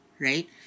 right